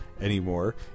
anymore